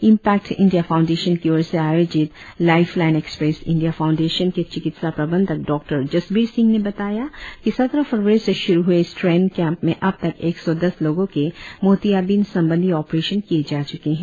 impact India Foundation की ओर से प्रायोजित Lifeline Express India Foundation के चिकित्सा प्रबंधक डॉक्टर जसबीर सिंह ने बताया कि सत्रह फरवरी से श्रु ह्ए इस ट्रेन कैंप में अबतक एक सौ दस लोगों के मोतियाबिंद संबंधी ऑपरेशन किए जा चुके है